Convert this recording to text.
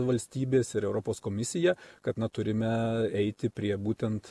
valstybės ir europos komisija kad na turime eiti prie būtent